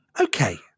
Okay